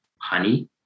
honey